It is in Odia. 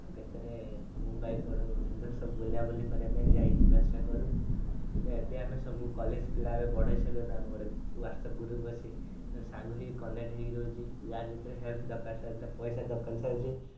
ଆଉ କେତେବେଳେ ମୁମ୍ୱାଇ ପଳାଉ ଏମିତି ସବୁ ବୁଲାବୁଲି କରିବା ପାଇଁ ଯାଇ ଯିବାଆସିବା କରୁ ଏଇଟା ଏବେ ଆମେ ସବୁ କଲେଜ୍ ପିଲା ଏବେ ବଡ଼ ହେଇ ସାରିଲୁଣୁ ଆମର ଗୋଟେ ୱାଟସ୍ଅପ୍ ଗ୍ରୁପ୍ ଅଛି ସାଙ୍ଗ ହେଇ କନେକ୍ଟ ହେଇକି ରହୁଛି ଯାହାର ଯେତେବେଳେ ହେଲ୍ପ ଦରକାର ପଇସା ଦରକାର ସେ ଆଜି